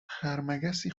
خرمگسی